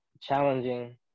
challenging